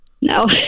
No